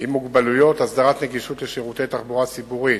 עם מוגבלויות (הסדרת נגישות לשירותי תחבורה ציבורית),